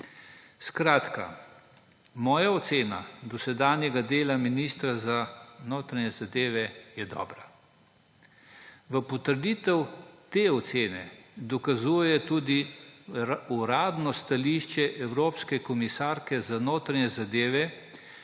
Slovenije. Moja ocena dosedanjega dela ministra za notranje zadeve je dobra. Potrditev te ocene dokazuje tudi uradno stališče evropske komisarke za notranje zadeve,